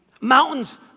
mountains